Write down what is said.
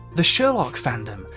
the sherlock fandom,